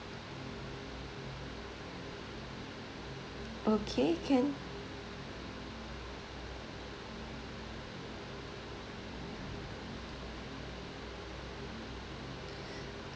okay can